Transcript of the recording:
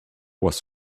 was